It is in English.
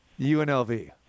UNLV